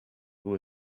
who